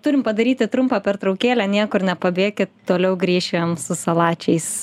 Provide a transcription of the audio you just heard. turim padaryti trumpą pertraukėlę niekur nepabėkit toliau grįšim su salačiais